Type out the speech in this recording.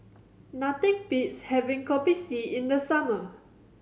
nothing beats having Kopi C in the summer